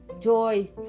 joy